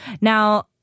Now